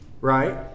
right